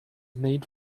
made